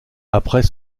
après